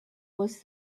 was